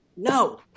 No